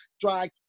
drag